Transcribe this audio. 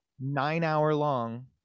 nine-hour-long